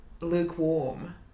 lukewarm